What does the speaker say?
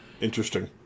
Interesting